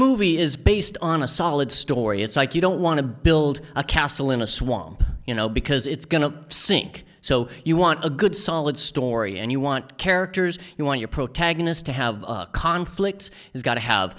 movie is based on a solid story it's like you don't want to build a castle in a swamp you know because it's going to sink so you want a good solid story and you want characters you want your protagonist to have a conflict he's got to have